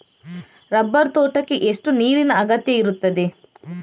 Rubber ತೋಟಕ್ಕೆ ಎಷ್ಟು ನೀರಿನ ಅಗತ್ಯ ಇರುತ್ತದೆ?